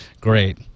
great